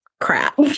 crap